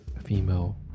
female